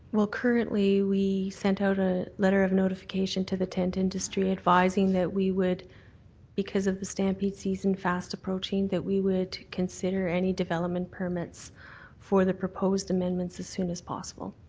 well, currently, we sent out a letter of notification to the tent industry advising that we would because of the stampede season fast approaching, that we would consider any development permits for the proposed amendments as soon as possible.